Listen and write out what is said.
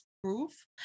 proof